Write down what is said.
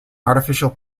artificial